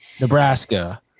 Nebraska